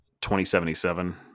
2077